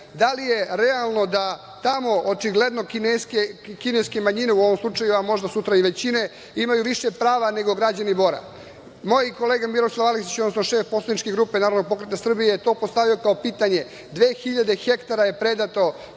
Da li je realno da tamo očigledno kineske manjine, u ovom slučaju, a možda sutra i većine, imaju više prava nego građani Bora. Moj kolega Miroslav Aleksić, odnosno šef poslaničke grupe Narodni pokret Srbije je to postavio kao pitanje. Dakle, 2000 hektara je predato